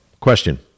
Question